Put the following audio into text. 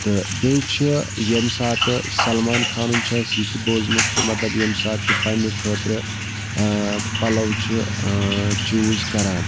تہٕ بیٚیہِ چھُ ییٚمہِ ساتہٕ سَلمان خانُن چھُ اَسہِ یہِ تہِ بوٗزمُت کہِ مطلب ییٚمہِ ساتہٕ یہِ پنٕنہِ خٲطرٕ پَلو چھِ چوٗز کَران